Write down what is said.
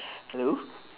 hello